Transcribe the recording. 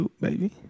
baby